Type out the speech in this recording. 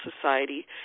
Society